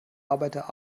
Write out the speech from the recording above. arbeiter